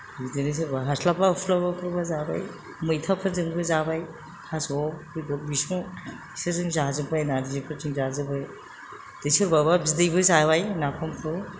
बिदिनो सोरबा हास्लाबा हुस्लाबा फोरबा जाबाय मैथाफोरजोंबो जाबाय थास' बेदर बिसुं बिसोरजों जाजोब्बाय नारजिफोरजों जाजोब्बाय सोरबाबा बिदैबो जाबाय नाफामखौ